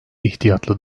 ihtiyatlı